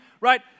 right